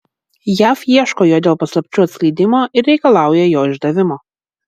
jav ieško jo dėl paslapčių atskleidimo ir reikalauja jo išdavimo